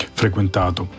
frequentato